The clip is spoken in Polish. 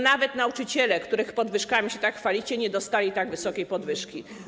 Nawet nauczyciele, których podwyżkami się tak chwalicie, nie dostali tak wysokiej podwyżki.